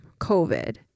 COVID